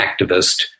activist